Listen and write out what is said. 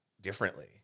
differently